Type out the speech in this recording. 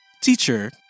Teacher